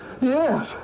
Yes